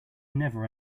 never